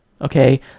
okay